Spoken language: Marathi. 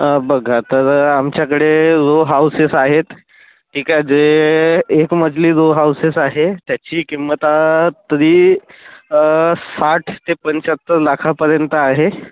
बघा तर आमच्याकडे रो हाऊसेस आहेत ठीक आहे जे एक मजली रो हाऊसेस आहे त्याची किंमत तरी साठ ते पंच्याहत्तर लाखापर्यंत आहे